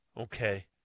Okay